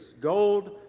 Gold